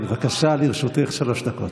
בבקשה, לרשותך שלוש דקות.